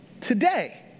today